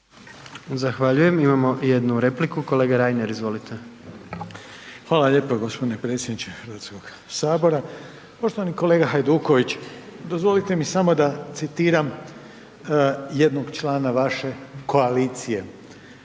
Zahvaljujem. Imamo jednu repliku, kolega Reiner, izvolite.